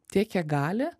tiek kiek gali